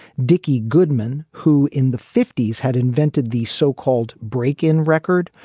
dickie goodman, who in the fifty s had invented the so-called break in record,